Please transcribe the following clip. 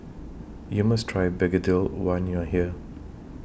YOU must Try Gegedil when YOU Are here